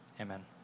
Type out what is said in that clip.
Amen